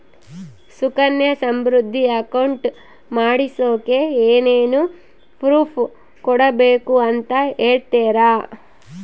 Sukanya Samriddhi account ಮಾಡಿಸೋಕೆ ಏನೇನು proof ಕೊಡಬೇಕು ಅಂತ ಹೇಳ್ತೇರಾ?